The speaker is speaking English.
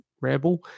Rebel